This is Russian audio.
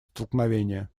столкновения